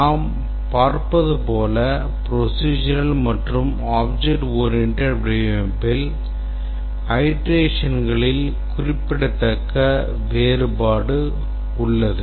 நாம் பார்ப்பது போல் procedural மற்றும் object oriented வடிவமைப்பில் iterationகளில் குறிப்பிடத்தக்க வேறுபாடு உள்ளது